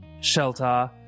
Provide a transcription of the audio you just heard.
shelter